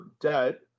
debt